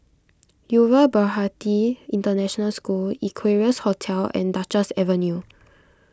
Yuva Bharati International School Equarius Hotel and Duchess Avenue